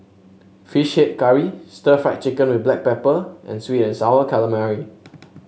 fish head curry Stir Fried Chicken with Black Pepper and sweet and sour calamari